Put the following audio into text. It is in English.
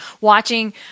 watching